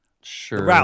sure